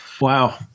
wow